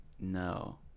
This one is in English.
No